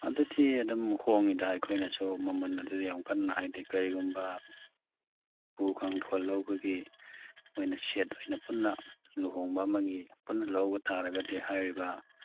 ꯑꯗꯨꯗꯤ ꯑꯗꯨꯝ ꯍꯣꯡꯏꯗ ꯑꯩꯈꯣꯏꯅꯁꯨ ꯃꯃꯟ ꯑꯗꯨꯗꯤ ꯌꯥꯝ ꯀꯟꯅ ꯍꯥꯏꯗꯤ ꯀꯔꯤꯒꯨꯝꯕ ꯎꯄꯨ ꯀꯥꯡꯊꯣꯟ ꯂꯧꯕꯒꯤ ꯑꯣꯏꯅ ꯁꯦꯠ ꯑꯣꯏꯅ ꯄꯨꯟꯅ ꯂꯨꯍꯣꯡꯕ ꯑꯃꯒꯤ ꯑꯗꯨꯝ ꯂꯧꯕ ꯇꯥꯔꯒꯗꯤ ꯍꯥꯏꯔꯤꯕ